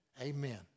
Amen